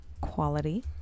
quality